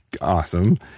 Awesome